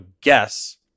guess